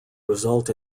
result